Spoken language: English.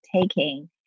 taking